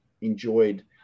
enjoyed